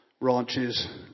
ranches